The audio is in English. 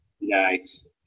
Nice